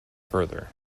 further